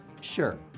Sure